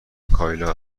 کایلا